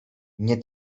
nie